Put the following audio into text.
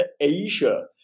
Asia